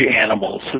animals